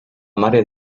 mare